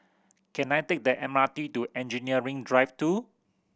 can I take the M R T to Engineering Drive Two